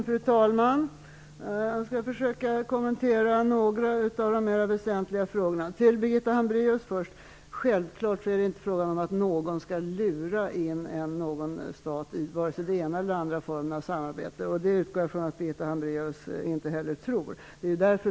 Fru talman! Jag skall försöka kommentera några av de mer väsentliga frågorna. Jag vill först säga till Birgitta Hambraeus att det självfallet inte är fråga om att någon stat skall luras in i vare sig den ena eller andra formen av samarbete. Jag utgår från att Birgitta Hambraues inte heller tror det.